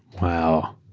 wow.